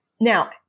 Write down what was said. Now